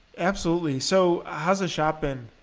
absolutely, so how's the shop been?